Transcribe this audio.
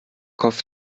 kopf